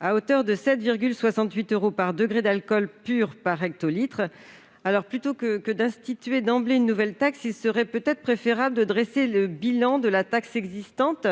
pour atteindre 7,68 euros par degré d'alcool pur par hectolitre. Aussi, plutôt que de créer d'emblée une nouvelle taxe, il serait peut-être préférable de dresser le bilan de la taxe existante,